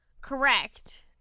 Correct